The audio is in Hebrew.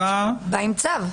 אתה בא עם צו.